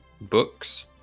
books